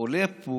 עולה פה